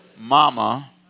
mama